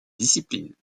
discipline